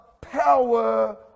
power